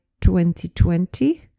2020